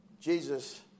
Jesus